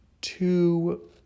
two